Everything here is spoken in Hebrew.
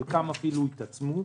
חלקן התעצמו,